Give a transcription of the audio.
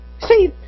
See